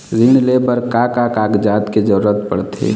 ऋण ले बर का का कागजात के जरूरत पड़थे?